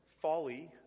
folly